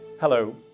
Hello